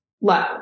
low